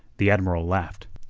the admiral laughed.